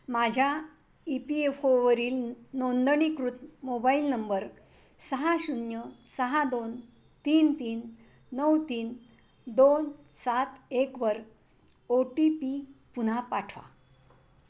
माझ्या E P F ओवरील नोंदणीकृत मोबाईल नंबर सहा शून्य सहा दोन तीन तीन नऊ तीन दोन सात एकवर ओ टी पी पुन्हा पाठवा